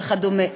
וכדומה.